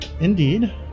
Indeed